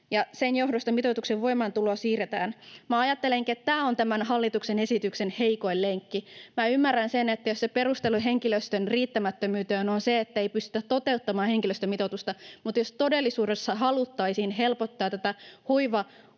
sen johdosta mitoituksen voimaantuloa siirretään. Minä ajattelenkin, että tämä on tämän hallituksen esityksen heikoin lenkki. Minä ymmärrän sen, jos se perustelu henkilöstön riittämättömyyteen on se, että ei pystytä toteuttamaan henkilöstömitoitusta, mutta jos todellisuudessa haluttaisiin helpottaa tätä